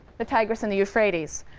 the tigris and the euphrates.